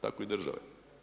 Tako i države.